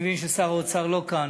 אני מבין ששר האוצר לא כאן.